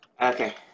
Okay